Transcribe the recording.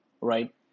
right